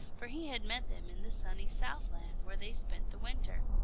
for he had met them in the sunny southland, where they spent the winter.